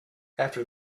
after